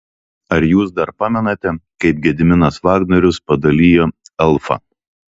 ar jūs dar pamenate kaip gediminas vagnorius padalijo elfą